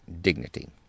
dignity